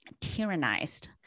tyrannized